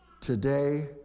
today